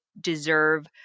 deserve